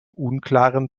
unklaren